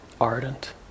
ardent